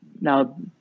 Now